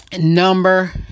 Number